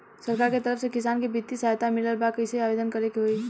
सरकार के तरफ से किसान के बितिय सहायता मिलत बा कइसे आवेदन करे के होई?